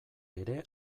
ere